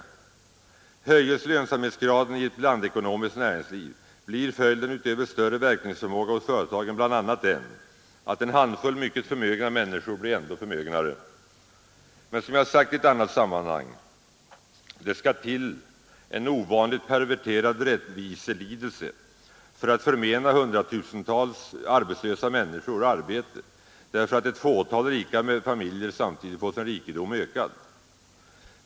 Höjes lönsamhetsgraden i ett blandekonomiskt näringsliv blir följden utöver större verkningsförmåga hos företagen bl.a. den att en handfull mycket förmögna människor blir ännu förmögnare. Men som jag sagt i ett annat sammanhang: det skall till en ovanligt perverterad rättviselidelse för att förmena hundratusentals arbetslösa människor arbete därför att ett fåtal rika familjer samtidigt får sin rikedom ökad.